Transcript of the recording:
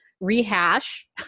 rehash